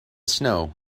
snow